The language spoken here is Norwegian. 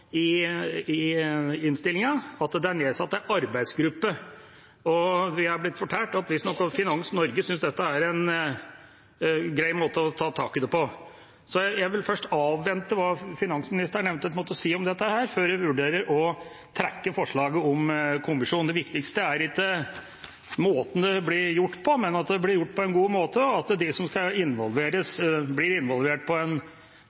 i innstillinga, at det blir nedsatt en arbeidsgruppe. Vi har også blitt fortalt at Finans Norge synes dette er en grei måte å ta tak i det på. Jeg vil først avvente hva finansministeren eventuelt måtte si om dette før vi vurderer å trekke forslaget om kommisjon. Det viktigste er ikke måten det blir gjort på, men at det blir gjort på en god måte, og at de som skal involveres, blir involvert på en